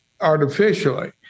artificially